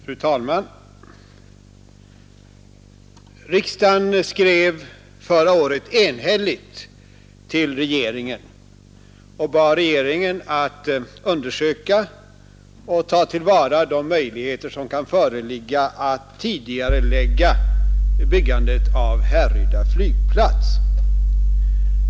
Fru talman! Riksdagen skrev förra året enhälligt till regeringen och bad regeringen undersöka och ta till vara de möjligheter som kan föreligga att tidigarelägga byggandet av Härryda flygplats.